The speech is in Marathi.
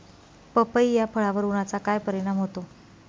पपई या फळावर उन्हाचा काय परिणाम होतो?